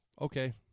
Okay